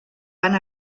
van